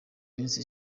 minsi